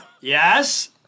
Yes